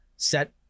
set